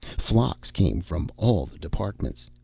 flocks came from all the departments.